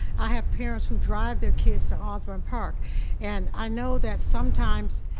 i have parents who drive their kids to osbourn park and i know that sometimes